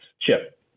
CHIP